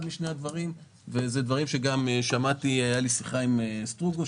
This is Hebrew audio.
הייתה לי שיחה עם סרוגו,